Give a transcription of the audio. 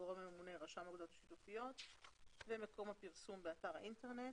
הגורם הממונה הוא רשם האגודות השיתופיות ומקום הפרסום הוא באתר האינטרנט